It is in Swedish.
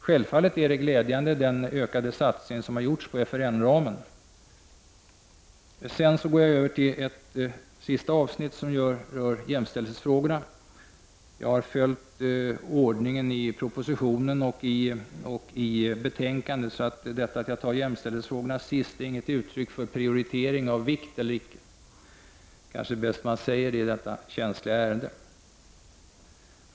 Självfallet är den ökade satsningen på FRN-ramen glädjande. Jag går därmed över till det sista avsnittet, som rör jämställdhetsfrågor. Jag har följt ordningen i propositionen och betänkandet, så det är inte något uttryck för prioritering när jämställdhetsfrågorna kommer sist — det är bäst att säga det i detta känsliga ärende.